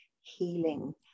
healing